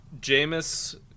Jameis